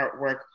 artwork